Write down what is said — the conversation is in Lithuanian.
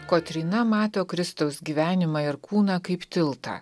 kotryna mato kristaus gyvenimą ir kūną kaip tiltą